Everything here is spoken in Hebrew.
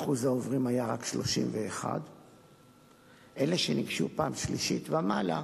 ואחוז העוברים היה רק 31%. אלה שניגשו פעם שלישית ומעלה,